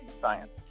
science